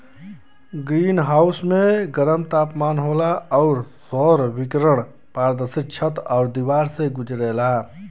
green house में गरम तापमान होला आउर सौर विकिरण पारदर्शी छत आउर दिवार से गुजरेला